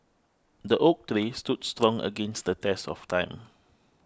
the oak tree stood strong against the test of time